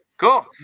cool